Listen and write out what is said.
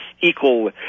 equal